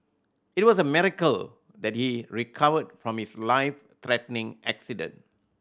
it was a miracle that he recovered from his life threatening accident